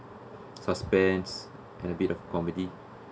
suspense and a bit of comedy